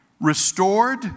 restored